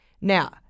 Now –